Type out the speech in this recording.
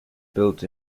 built